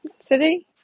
city